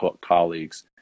colleagues